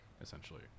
essentially